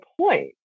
point